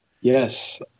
Yes